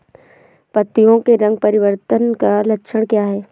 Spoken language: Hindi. पत्तियों के रंग परिवर्तन का लक्षण क्या है?